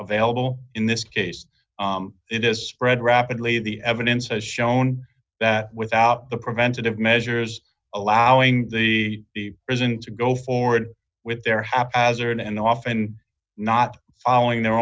available in this case it is spread rapidly the evidence has shown that without the preventative measures allowing the president to go forward with their haphazard and often not following their